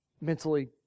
mentally